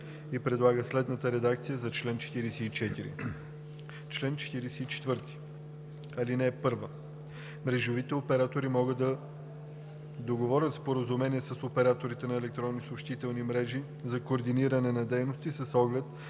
и предлага следната редакция за чл. 44: „Чл. 44. (1) Мрежовите оператори могат да договарят споразумения с операторите на електронни съобщителни мрежи за координиране на дейности с оглед